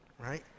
right